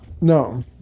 no